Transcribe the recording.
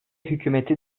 hükümeti